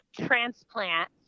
transplant